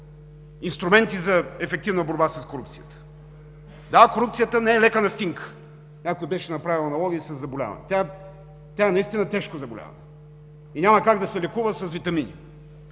инструменти за ефективна борба с корупцията. Да, корупцията не е лека настинка. Някой беше направил аналогия със заболяване. Тя е наистина тежко заболяване и няма как да се лекува с витамини.